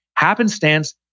happenstance